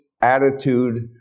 attitude